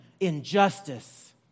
injustice